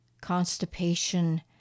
constipation